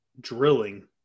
drilling